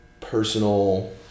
personal